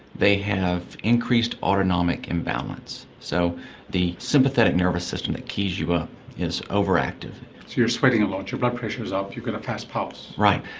they have increased autonomic imbalance. so the sympathetic nervous system that keys you up is overactive. so you're sweating a lot, your blood pressure is up, you've got a fast pulse. right,